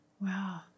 wow